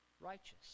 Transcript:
righteous